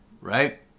right